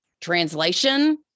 Translation